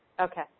Okay